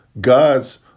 gods